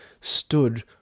stood